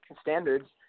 standards